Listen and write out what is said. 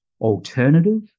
alternative